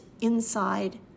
inside